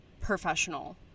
professional